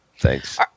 Thanks